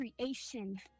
creation